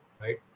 right